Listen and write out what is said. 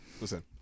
Listen